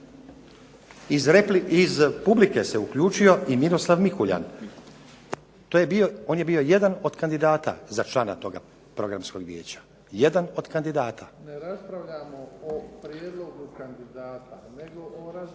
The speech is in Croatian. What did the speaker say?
Iz publike se uključio i Miroslav Mikuljan. To je bio, on je bio jedan od kandidata za člana toga Programskog vijeća, jedan od kandidata.